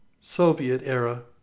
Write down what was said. Soviet-era